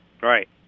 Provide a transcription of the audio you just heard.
Right